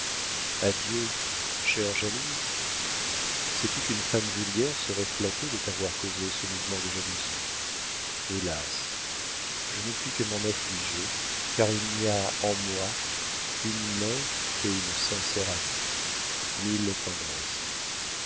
adieu chère jalouse sais-tu qu'une femme vulgaire serait flattée de t'avoir causé ce mouvement de jalousie hélas je ne puis que m'en affliger car il n'y a en moi qu'une mère et une sincère amie mille tendresses